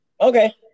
Okay